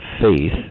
faith